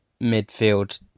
midfield